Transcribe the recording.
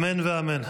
אמן ואמן.